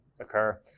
occur